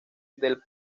del